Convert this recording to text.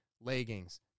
leggings